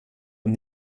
und